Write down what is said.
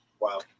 wow